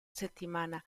settimana